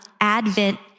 Advent